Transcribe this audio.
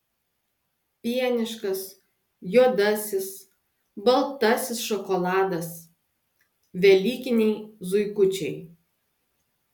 pieniškas juodasis baltasis šokoladas velykiniai zuikučiai